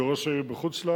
כי ראש העיר בחוץ-לארץ.